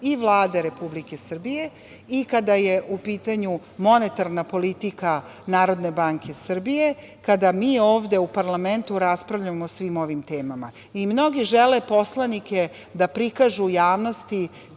i Vlade Republike Srbije i kada je u pitanju monetarna politika Narodne banke Srbije, kada mi ovde u parlamentu raspravljamo o svim ovim temama. Mnogi žele poslanike da prikažu u javnosti